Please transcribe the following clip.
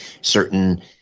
certain